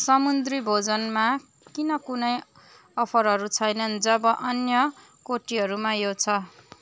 समुन्द्री भोजनमा किन कुनै अफरहरू छैनन् जब अन्य कोटीहरूमा यो छ